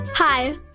Hi